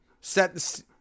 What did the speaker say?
set